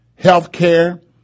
healthcare